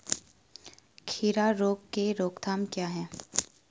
खीरा रोग के रोकथाम के उपाय?